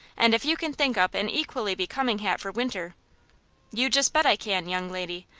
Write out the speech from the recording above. and if you can think up an equally becoming hat for winter you just bet i can, young lady,